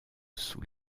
sous